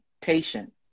patient